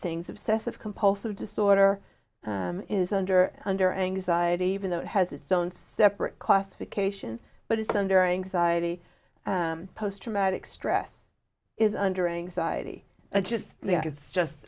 things obsessive compulsive disorder is under under anxiety even though it has its own separate classification but it's under anxiety post traumatic stress is under anxiety just you know it's just